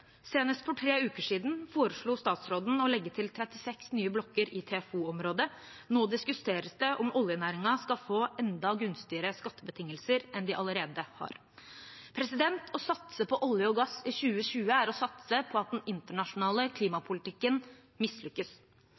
Senest for tre uker siden foreslo statsråden å legge til 36 nye blokker i TFO-området. Nå diskuteres det om oljenæringen skal få enda gunstigere skattebetingelser enn de allerede har. Å satse på olje og gass i 2020 er å satse på at den internasjonale klimapolitikken mislykkes.